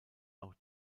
auch